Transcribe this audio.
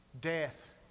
death